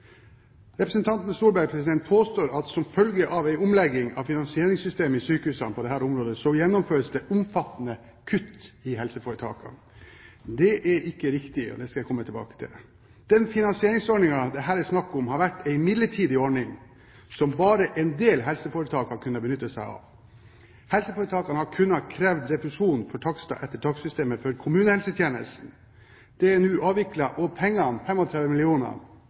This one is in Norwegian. Representanten Solberg påstår at som følge av en omlegging av finansieringssystemet i sykehusene på dette området gjennomføres det omfattende kutt i helseforetakene. Det er ikke riktig – det skal jeg komme tilbake til. Den finansieringsordningen det her er snakk om, har vært en midlertidig ordning som bare en del helseforetak har kunnet benytte seg av. Helseforetakene har kunnet kreve refusjon for takster etter takstsystemet for kommunehelsetjenesten. Dette er nå avviklet, og pengene